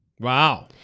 Wow